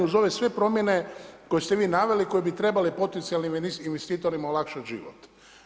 Uz ove sve promijene, koje ste vi naveli, koje bi trebali potencijalnim investitorima olakšati život.